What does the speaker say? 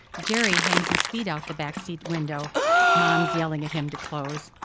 jerry hangs his feet out the backseat window mom's yelling at him to close.